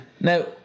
now